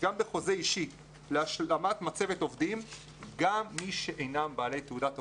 גם בחוזה אישי להשלמת מצבת עובדים גם למי שאינם בעלי תעודת הוראה,